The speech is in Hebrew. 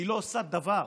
היא לא עושה דבר,